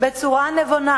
בצורה נבונה,